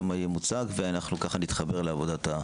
ונתחבר לעבודה.